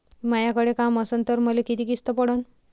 मायाकडे काम असन तर मले किती किस्त पडन?